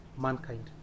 mankind